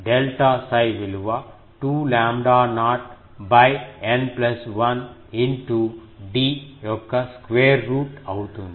delta 𝜓 విలువ 2 lambda naught N plus 1 into d యొక్క square root అవుతుంది